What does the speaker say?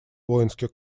воинских